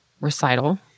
recital